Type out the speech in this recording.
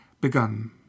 begun